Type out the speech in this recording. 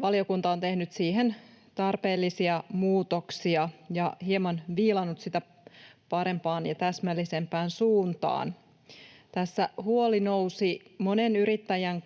valiokunta on tehnyt siihen tarpeellisia muutoksia ja hieman viilannut sitä parempaan ja täsmällisempään suuntaan. Tässä huoli nousi monen yrittäjän